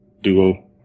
Duo